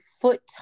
foot